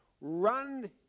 Run